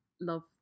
love